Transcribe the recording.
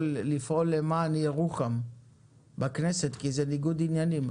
לפעול למען ירוחם בכנסת כי זה ניגוד עניינים.